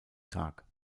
tag